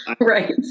Right